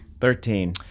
Thirteen